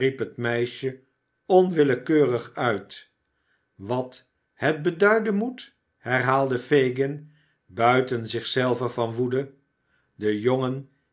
meisje onwillekeurig uit wat het beduiden moet herhaalde fagin buiten zich zelven van woede de jongen